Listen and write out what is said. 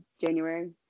January